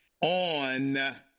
on